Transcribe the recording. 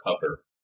cover